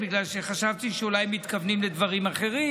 בגלל שחשבתי שאולי מתכוונים לדברים אחרים.